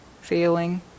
feeling